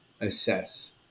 assess